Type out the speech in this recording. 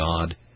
God